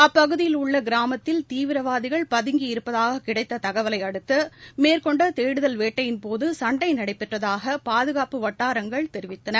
அப்பகுதியில் உள்ள கிராமத்தில் தீவிரவாதிகள் பதுங்கி இருப்பதாகக் கிடைத்த தகவலை அடுத்து மேற்கொண்ட தேடுதல் வேட்டையின்போது சண்டை நடைபெற்றதாக பாதுகாப்பு வட்டாரங்கள் தெரிவித்தன